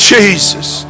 Jesus